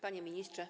Panie Ministrze!